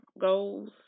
goals